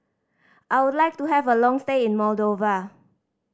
I would like to have a long stay in Moldova